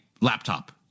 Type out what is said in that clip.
laptop